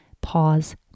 pause